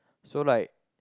so like